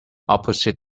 opposite